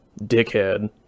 dickhead